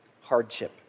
hardship